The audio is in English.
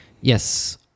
Yes